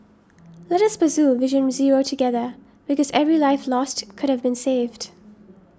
let us pursue Vision Zero together because every life lost could have been saved